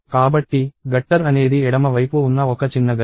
కాబట్టి గట్టర్ అనేది ఎడమ వైపు ఉన్న ఒక చిన్న గల్లీ